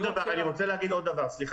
נובל